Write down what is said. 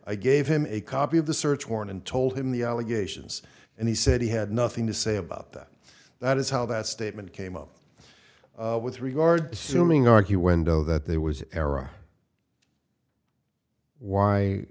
i gave him a copy of the search warrant and told him the allegations and he said he had nothing to say about that that is how that statement came up with regard to mean argue when doe that there was an era why